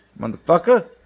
Motherfucker